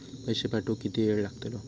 पैशे पाठवुक किती वेळ लागतलो?